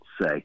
say